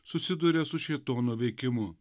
susiduria su šėtono veikimu